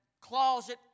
closet